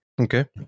Okay